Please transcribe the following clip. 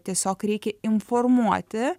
tiesiog reikia informuoti